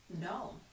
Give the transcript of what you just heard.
no